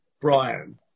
Brian